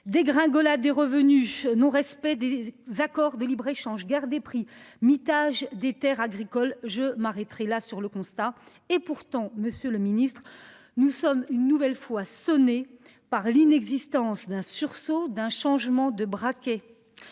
dégringolade est revenu non respect des accords de libre-échange garder prix mitage des Terres agricoles, je m'arrêterai là sur le constat et pourtant Monsieur le Ministre, nous sommes une nouvelle fois sonné par l'inexistence d'un sursaut, d'un changement de braquet.